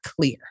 clear